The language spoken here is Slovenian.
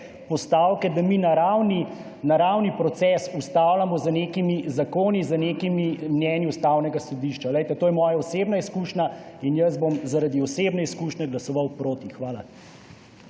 postavke, da mi naravni proces ustavljamo z nekimi zakoni, z nekimi mnenji Ustavnega sodišča. Glejte, to je moja osebna izkušnja in jaz bom zaradi osebne izkušnje glasoval proti. Hvala.